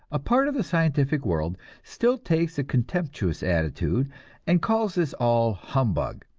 a part of the scientific world still takes a contemptuous attitude and calls this all humbug,